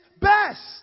best